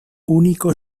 único